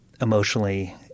emotionally